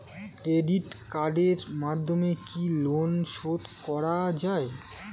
Credit কার্ডের মাধ্যমে কি লোন শোধ করা যায়?